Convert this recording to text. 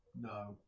No